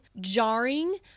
jarring